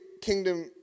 kingdom